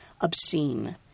obscene